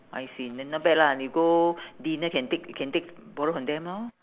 I see then not bad lah you go dinner can take can take borrow from them lor